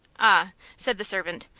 ah, said the servant,